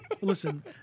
Listen